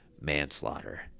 manslaughter